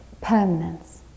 permanence